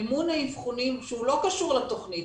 מימון האבחונים שהוא לא קשור לתכנית,